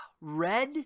Red